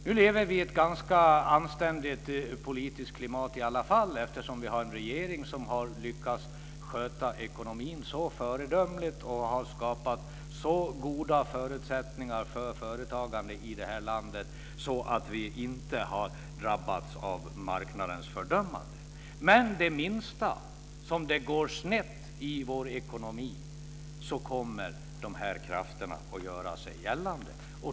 Nu lever vi i ett ganska anständigt politiskt klimat i alla fall, eftersom vi har en regering som har lyckats sköta ekonomin så föredömligt och har skapat så goda förutsättningar för företagande i det här landet att vi inte har drabbats av marknadens fördömande. Men det minsta som det går snett i vår ekonomi kommer dessa krafter att göra sig gällande.